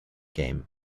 game